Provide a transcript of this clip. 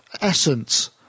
essence